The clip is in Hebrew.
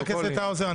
חבר הכנסת האוזר,